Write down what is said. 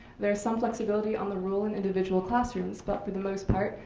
there's some flexibility on the rule in individual classrooms, but for the most part,